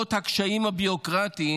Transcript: למרות הקשיים הביורוקרטיים,